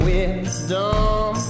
Wisdom